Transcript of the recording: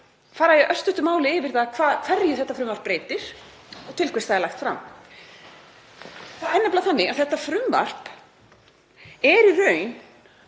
fara í örstuttu máli yfir það hverju þetta frumvarp breytir og til hvers það er lagt fram. Það er nefnilega þannig að þetta frumvarp er í raun